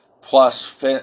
plus